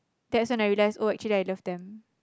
that's when I realised oh actually I loved them